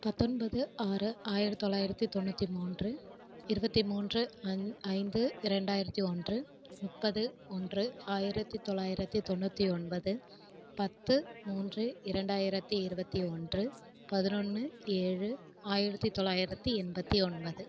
பத்தொன்பது ஆறு ஆயிரத்தி தொள்ளாயிரத்தி தொண்ணூற்றி மூன்று இருபத்தி மூன்று ஐந் ஐந்து இரண்டாயிரத்தி ஒன்று முப்பது ஒன்று ஆயிரத்தி தொள்ளாயிரத்தி தொண்ணூற்றி ஒன்பது பத்து மூன்று இரண்டாயிரத்தி இருபத்தி ஒன்று பதினொன்று ஏழு ஆயிரத்தி தொள்ளாயிரத்தி எண்பத்தி ஒன்பது